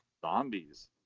zombies